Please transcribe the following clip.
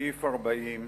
בסעיף 40,